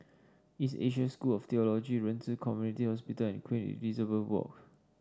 East Asia School of Theology Ren Ci Community Hospital and Queen Elizabeth Walk